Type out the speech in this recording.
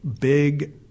big